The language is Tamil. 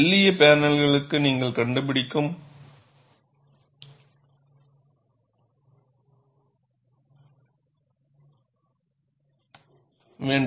மெல்லிய பேனல்களுக்கு நீங்கள் கண்டுபிடிக்க வேண்டும்